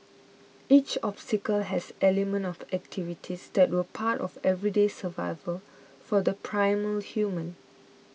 each obstacle has elements of activities that were part of everyday survival for the primal human